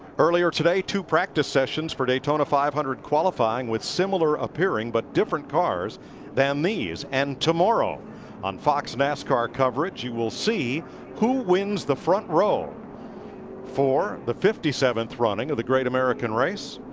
earlier today, two practice sessions for daytona five hundred qualifying with similar appearing but different cars than these. and tomorrow on fox nascar coverage, you will see who wins the front row for the fifty seventh running of the great american race.